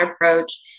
approach